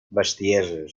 bestieses